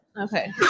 Okay